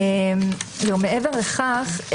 מעבר לכך,